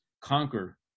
conquer